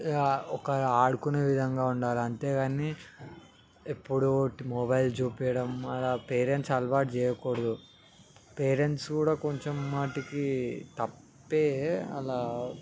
ఒక ఆడుకునే విధంగా ఉండాలి అంతేకానీ ఎప్పుడూ మొబైల్ చూపించడం మన పేరెంట్స్ అలవాటు చేయకూడదు పేరెంట్స్ కూడా కొంచెం వాటికి తప్పే అలా